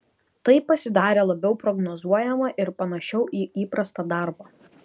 tai pasidarė labiau prognozuojama ir panašiau į įprastą darbą